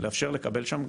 לאפשר לקבל שם.